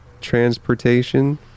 transportation